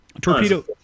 torpedo